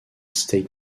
states